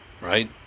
right